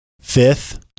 fifth